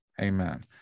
Amen